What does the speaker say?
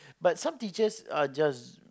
but some teachers are just